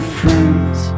friends